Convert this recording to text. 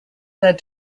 said